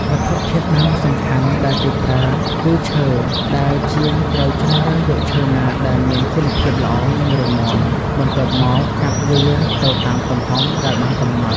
វត្ថុធាតុដើមសំខាន់ដែលគេប្រើគឺ ឈើ ដែលជាងត្រូវជ្រើសរើសយកឈើណាដែលមានគុណភាពល្អ និងរឹងមាំ បន្ទាប់មកកាត់វាទៅតាមទំហំដែលបានកំណត់។